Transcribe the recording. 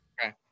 okay